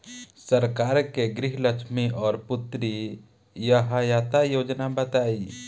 सरकार के गृहलक्ष्मी और पुत्री यहायता योजना बताईं?